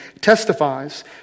testifies